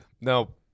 No